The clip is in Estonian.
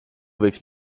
võiks